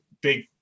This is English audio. big